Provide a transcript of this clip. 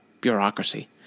bureaucracy